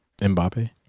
Mbappe